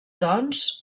doncs